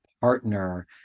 partner